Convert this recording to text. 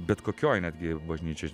bet kokioj netgi bažnyčioj